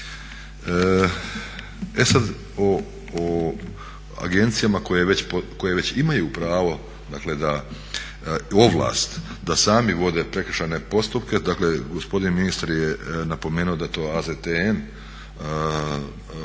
E sada o agencijama koje već imaju pravo dakle da, ovlast da sami vode prekršajne postupke. Dakle gospodin ministar je napomenuo da je to AZTN,